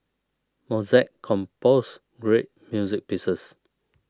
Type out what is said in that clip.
Mozart composed great music pieces